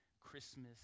Christmas